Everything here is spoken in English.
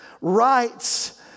rights